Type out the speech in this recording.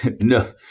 No